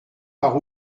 par